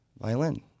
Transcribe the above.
violin